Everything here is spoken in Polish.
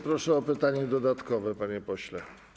Proszę o pytanie dodatkowe, panie pośle.